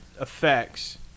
effects